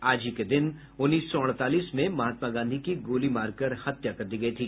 आज ही के दिन उन्नीस सौ अड़तालीस में महात्मा गांधी की गोली मारकर हत्या कर दी गई थी